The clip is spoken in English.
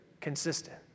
consistent